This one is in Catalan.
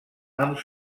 amb